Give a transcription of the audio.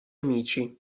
amici